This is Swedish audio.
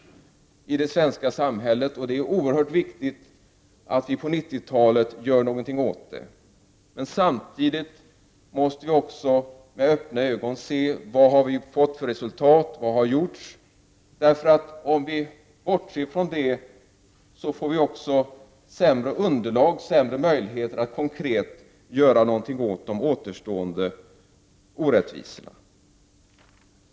1989/90:63 svenska samhället, och det är oerhört viktigt att vi på 1990-talet gör något åt 8 februari 1990 dem. Men samtidigt måste vi även med öppna ögon se vad som har gjorts SS och vad resultatet har blivit. Om vi bortser från detta, får vi också sämre möjligheter att konkret göra något åt de återstående frågorna.